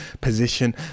position